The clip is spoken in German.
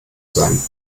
sein